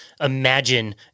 imagine